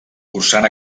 cursant